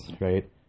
right